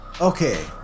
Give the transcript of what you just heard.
Okay